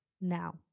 Now